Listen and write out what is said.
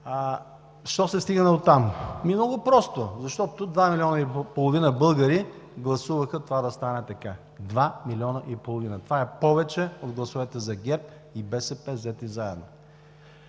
Защо се стигна дотам? Много просто – защото два милиона и половина българи гласуваха това да стане така. Два милиона и половина, това е повече от гласовете за ГЕРБ и БСП взети заедно.